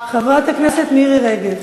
חברת הכנסת מירי רגב.